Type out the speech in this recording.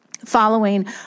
following